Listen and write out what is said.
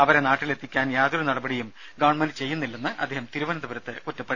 അവരെ നാട്ടിലെത്തിക്കാനുള്ള യാതൊരു നടപടിയും ഗവൺമെന്റ് ചെയ്യുന്നില്ലെന്നും അദ്ദേഹം തിരുവനന്തപുരത്ത് പറഞ്ഞു